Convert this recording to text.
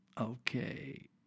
Okay